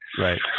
Right